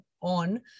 on